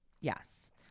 yes